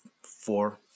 four